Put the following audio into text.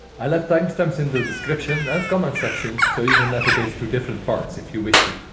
i left timestamps in the describtion and comments section so you can navigate to different parts if you wish to